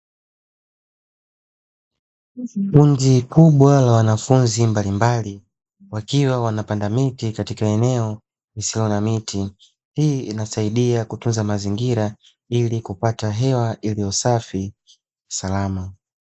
Kundi kubwa la wanafunzi mbalimbali wakiwa wanapanda miti katika eneo lisilo na miti, hii inasaidia kutunza mazingira ili kupata hewa iliyo safi na salama.